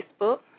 Facebook